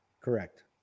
Correct